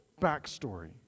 backstory